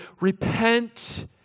Repent